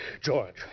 George